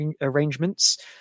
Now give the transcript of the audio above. arrangements